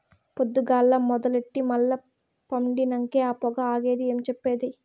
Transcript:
పొద్దుగాల మొదలెట్టి మల్ల పండినంకే ఆ పొగ ఆగేది ఏం చెప్పేది